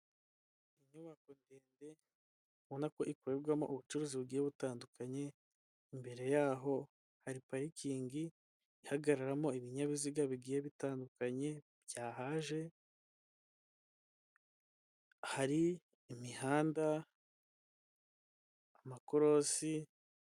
Inyubako ndende ubona ko ikorerwamo ubucuruzi bugiye butandukanye, mbere yaho hari parikingi ihagararamo ibinyabiziga bigiye bitandukanye byahaje, hari imihanda amakorosi.